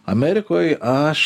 amerikoj aš